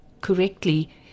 correctly